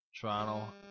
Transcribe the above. Toronto